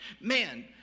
Man